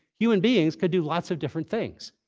human beings could do lots of different things.